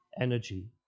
energy